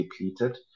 depleted